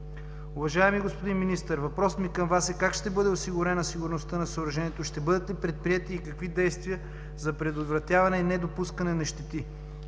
Уважаеми господин Министър, въпросът ми към Вас е: как ще бъде осигурена сигурността на съоръжението? Ще бъдат ли предприети и какви действия за предотвратяване и недопускане на щети?